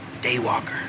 Daywalker